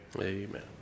Amen